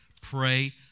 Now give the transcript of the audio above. Pray